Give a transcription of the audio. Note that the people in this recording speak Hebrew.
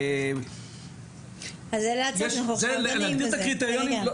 להגדיר את הקריטריונים.